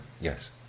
Yes